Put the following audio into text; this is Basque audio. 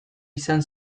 izan